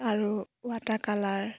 আৰু water colour